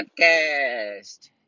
Podcast